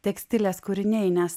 tekstilės kūriniai nes